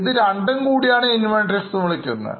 ഇത് രണ്ടും കൂടി ആണ് Inventories എന്ന് വിളിക്കുന്നത്